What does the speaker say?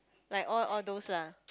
like all all those lah